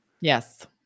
Yes